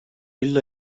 eylül